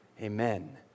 Amen